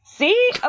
See